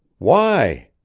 why?